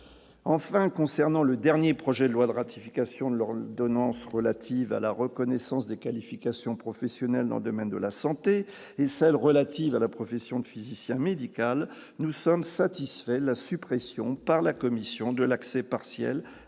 enfin, concernant le dernier projet de loi de ratification de leur donnant s'relative à la reconnaissance des qualifications professionnelles dans le domaine de la santé et celle relative à la profession de physicien médical, nous sommes satisfaits, la suppression par la commission de l'accès partiel aux